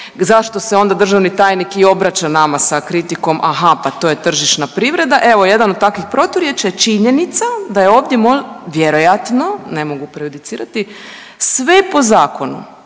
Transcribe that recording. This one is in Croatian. zašto se onda državni tajnik i obraća nama sa kritikom aha, pa to je tržišna privreda, evo jedan od takvih proturječja je činjenica da je ovdje, vjerojatno ne mogu prejudicirati, sve po zakonu,